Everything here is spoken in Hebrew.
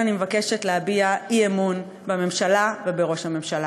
לכן אני מבקשת להביע אי-אמון בממשלה ובראש הממשלה.